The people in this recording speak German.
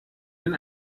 den